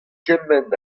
kement